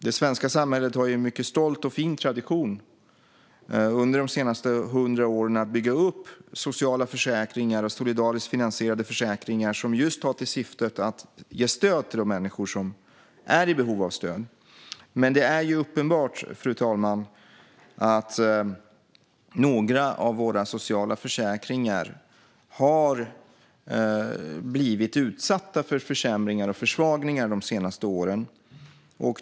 Det svenska samhället har haft en mycket stolt och fin tradition under de senaste hundra åren när det gäller att bygga sociala försäkringar och solidariskt finansierade försäkringar som har till syfte att ge stöd till de människor som är i behov av det. Men det är uppenbart, fru talman, att några av våra sociala försäkringar har blivit utsatta för försämringar och försvagningar de senaste åren.